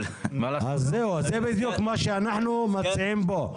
זה בדיוק מה שאנחנו מציעים פה.